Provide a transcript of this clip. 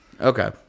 Okay